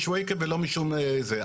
שוויכה ולא משום זה.